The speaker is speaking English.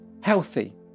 healthy